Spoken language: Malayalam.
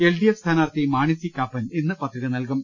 എൽ ഡി എഫ് സ്ഥാനാർത്ഥി മാണി സി കാപ്പൻ ഇന്ന് പത്രിക നൽകും